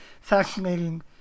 fascinating